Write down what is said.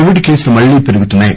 Covid కేసులు మల్లీ పెరుగుతున్నాయి